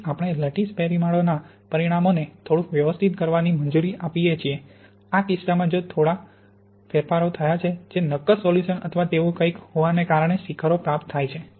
તેથી આપણે લટ્ટીસ પેરમીટરના પરિમાણોને થોડુંક વ્યવસ્થિત કરવાની મંજૂરી આપીએ છીએ આ કિસ્સામાં જો ત્યાં થોડો ફેરફાર થયો છે જે નક્કર સોલ્યુશન અથવા તેવું કંઈક હોવાને કારણે શિખરો પ્રાપ્ત થાય છે